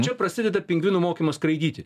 čia prasideda pingvinų mokymas skraidyti